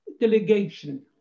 delegation